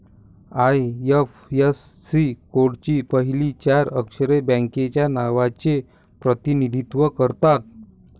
IFSC कोडची पहिली चार अक्षरे बँकेच्या नावाचे प्रतिनिधित्व करतात